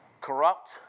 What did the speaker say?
corrupt